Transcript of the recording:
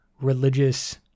Religious